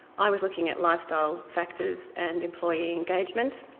i was looking at lifestyle factors and employee engagement,